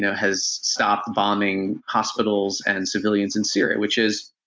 has stopped bombing hospitals and civilians in syria, which is,